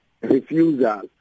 refusal